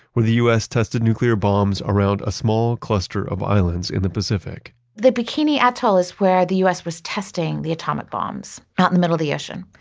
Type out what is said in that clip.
where the us tested nuclear bombs around a small cluster of islands in the pacific the bikini atoll is where the u s. was testing the atomic bombs, not in the middle of the ocean,